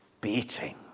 beating